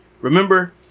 remember